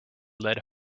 led